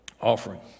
offering